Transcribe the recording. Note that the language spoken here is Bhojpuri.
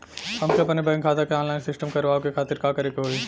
हमके अपने बैंक खाता के ऑनलाइन सिस्टम करवावे के खातिर का करे के होई?